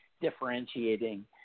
differentiating